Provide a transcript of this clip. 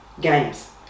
games